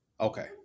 Okay